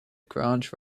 grange